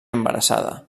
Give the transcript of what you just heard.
embarassada